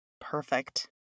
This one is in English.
Perfect